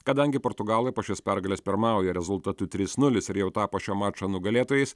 kadangi portugalai po šios pergalės pirmauja rezultatu trys nulis ir jau tapo šio mačo nugalėtojais